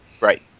Right